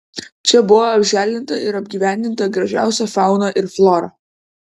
čia buvo apželdinta ir apgyvendinta gražiausia fauna ir flora